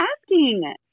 asking